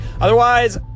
otherwise